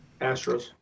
Astros